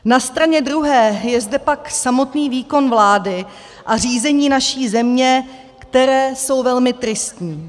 Na straně druhé je zde pak samotný výkon vlády a řízení naší země, které jsou velmi tristní.